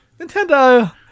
Nintendo